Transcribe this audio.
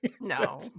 No